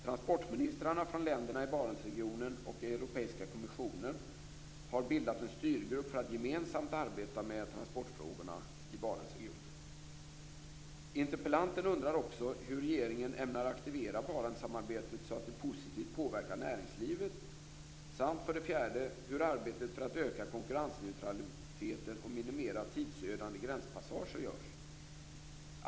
Transportministrarna från länderna i Barentsregionen och Europeiska kommissionen har bildat en styrgrupp för att gemensamt arbeta med transportfrågorna i Barentsregionen. Interpellanten undrar också hur regeringen ämnar aktivera Barentssamarbetet så att det positivt påverkar näringslivet samt för det fjärde hur arbetet för att öka konkurrensneutraliteten och minimera tidsödande gränspassager görs.